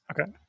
Okay